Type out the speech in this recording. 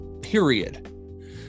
Period